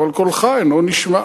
אבל קולך אינו נשמע.